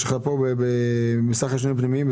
צריך את השילוב והוא חשוב אנחנו יודעים שבמיוחד בקרב העולים,